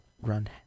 run